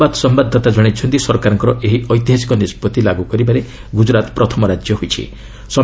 ଆମ ଅହମ୍ମଦାବାଦ ସମ୍ଭାଦଦାତା ଜଣାଇଛନ୍ତି ସରକାରଙ୍କର ଏହି ଐତିହାସିକ ନିଷ୍ପଭି ଲାଗୁ କରିବାରେ ଗୁଜରାତ୍ ପ୍ରଥମ ରାଜ୍ୟ ହୋଇଛି